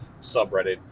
subreddit